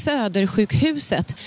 Södersjukhuset